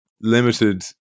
limited